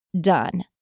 done